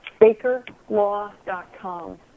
bakerlaw.com